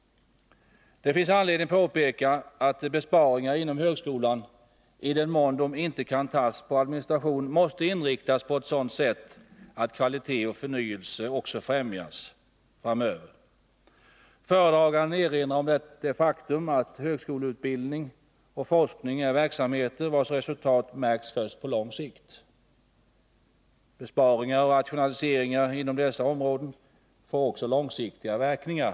Det finns anledning att påpeka att besparingar inom högskolan i den mån de inte kan göras inom administrationen måste inriktas så att kvalitet och förnyelse också framöver kan främjas. Föredraganden erinrar om det faktum att högskoleutbildning och forskning är verksamheter vilkas resultat märks först på lång sikt. Besparingar och rationaliseringar inom dessa områden får också långsiktiga verkningar.